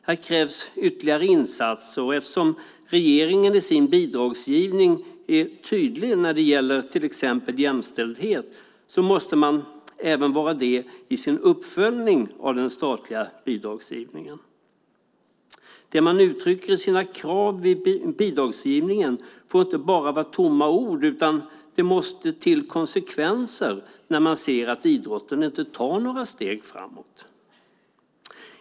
Här krävs ytterligare insatser, och eftersom regeringen i sin bidragsgivning är tydlig när det gäller till exempel jämställdhet måste man vara det även i sin uppföljning av den statliga bidragsgivningen. Det som man uttrycker i sina krav vid bidragsgivningen får inte vara bara tomma ord, utan det måste till konsekvenser när man ser att idrotten inte tar några steg framåt.